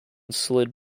slid